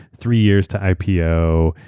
three years to ipo,